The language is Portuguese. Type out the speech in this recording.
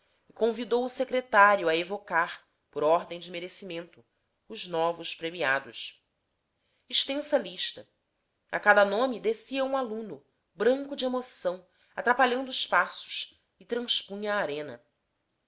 convidou o secretário a evocar por ordem de merecimento os novos premiados extensa lista a cada nome descia um aluno branco de emoção atrapalhando os passos e transpunha a arena